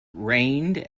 rained